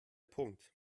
punkt